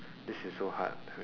this is so hard wait